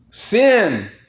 Sin